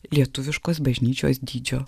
lietuviškos bažnyčios dydžio